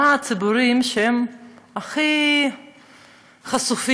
מי הציבורים שהם הכי חשופים,